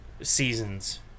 seasons